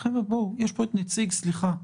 חבר'ה, סליחה.